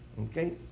okay